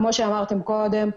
כמו שאמרתם קודם,